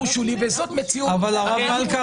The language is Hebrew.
וזאת מציאות --- הרב מלכא,